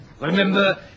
Remember